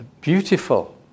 beautiful